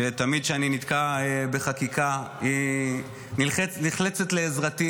שתמיד כשאני נתקע בחקיקה היא נחלצת לעזרתי